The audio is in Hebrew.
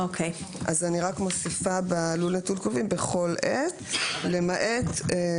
אני מוסיפה בלול נטול כלובים - "בכל עת למעט בהתאם להוראות תקנה".